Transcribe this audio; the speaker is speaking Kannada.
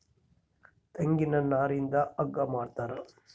ತೆಂಗಿನ ನಾರಿಂದ ಹಗ್ಗ ಮಾಡ್ತಾರ